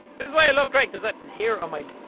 this is why i love gregg, because a hair on my